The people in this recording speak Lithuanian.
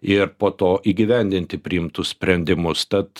ir po to įgyvendinti priimtus sprendimus tad